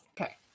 Okay